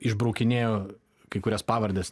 išbraukinėjo kai kurias pavardes